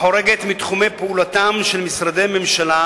החורגת מתחומי פעולתם של משרדי ממשלה,